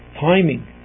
timing